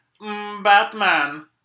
Batman